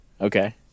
Okay